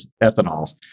ethanol